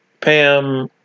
Pam